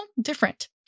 different